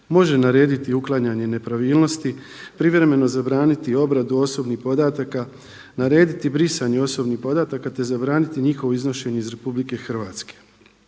može narediti uklanjanje nepravilnosti, privremeno zabraniti obradu osobnih podataka, narediti brisanje osobnih podataka, te zabraniti njihovo iznošenje iz Republike Hrvatske.